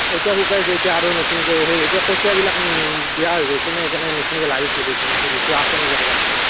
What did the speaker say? এতিয়া শুকাইছে এতিয়া আৰু নতুনকৈ সেই এতিয়া কঠীয়াবিলাক বেয়া হৈ গৈছে ন' সেইকাৰণে নতুনকৈ লাগিছিল সেইকাৰণে সুধিছোঁ আছে নেকি ক'ৰবাত